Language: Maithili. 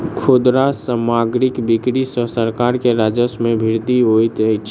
खुदरा सामग्रीक बिक्री सॅ सरकार के राजस्व मे वृद्धि होइत अछि